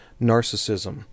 narcissism